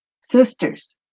sisters